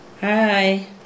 Hi